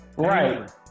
Right